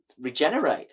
regenerate